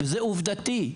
זה עובדתי.